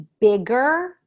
bigger